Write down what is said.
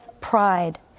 pride